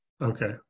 Okay